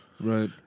Right